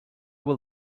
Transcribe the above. will